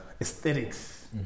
aesthetics